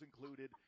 included –